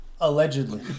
Allegedly